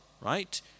Right